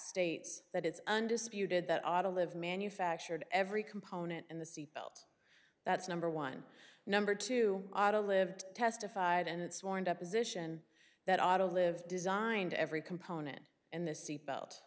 states that it's undisputed that oughta live manufactured every component in the seat belt that's number one number two auto lived testified and sworn deposition that auto lives designed every component in the seat belt